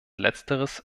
letzteres